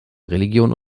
religion